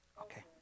Okay